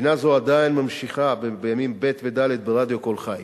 פינה זו עדיין ממשיכה בימים ב' וד' ברדיו "קול חי".